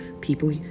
people